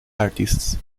artists